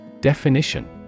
Definition